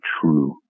true